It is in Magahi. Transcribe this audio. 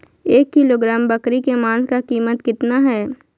एक किलोग्राम बकरी के मांस का कीमत कितना है?